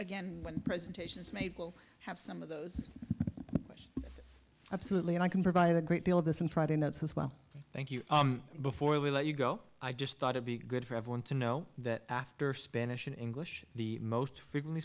again when presentations made will have some of those bush absolutely and i can provide a great deal of this in front and that's his well thank you before we let you go i just thought to be good for everyone to know that after spanish in english the most frequently